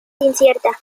incierta